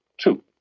two